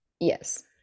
Yes